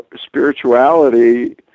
spirituality